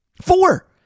Four